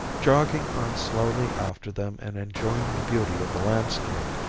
jogging on slowly after them and enjoying the beauty of the landscape,